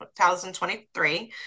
2023